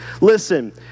Listen